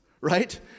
right